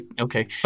okay